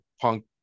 punk